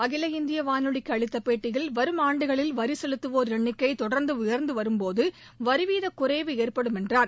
அகில இந்தி வானொலிக்கு அளித்த போட்டியில் வரும் ஆண்டுகளில் வரி செலுத்துவோர் எண்ணிக்கை தொடர்ந்து உயர்ந்து வரும்போது வரிவீத குறைவு ஏற்படும் என்றார்